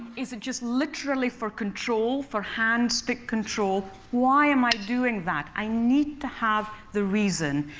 is it just literally for control, for hand-stick control? why am i doing that? i need to have the reason,